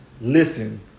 listen